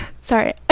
sorry